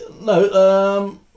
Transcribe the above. No